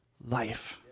life